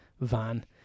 van